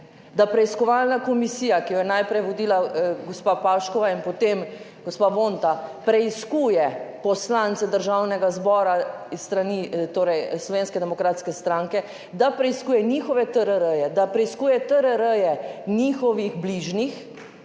da preiskovalna komisija, ki jo je najprej vodila gospa Pašek in potem gospa Vonta, preiskuje poslance Državnega zbora iz Slovenske demokratske stranke, da preiskuje njihove TRR, da preiskuje TRR njihovih bližnjih,